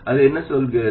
அது என்ன சொல்கிறது